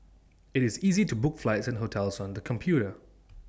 IT is easy to book flights and hotels on the computer